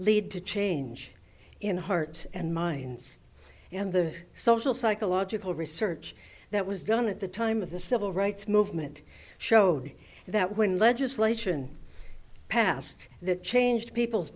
lead to change in hearts and minds and the social psychological research that was done at the time of the civil rights movement showed that when legislation passed that changed people's